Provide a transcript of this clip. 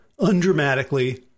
undramatically